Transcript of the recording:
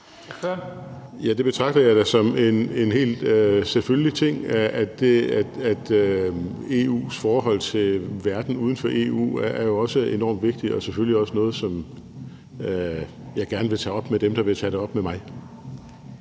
Ja, det betragter jeg da som en helt selvfølgelig ting; EU's forhold til verden uden for EU er jo også enormt vigtigt og selvfølgelig også noget, som jeg gerne vil tage op med dem, der vil tage det op med mig.